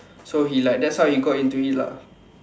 so he like that's how he got into it lah